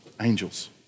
angels